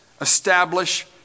establish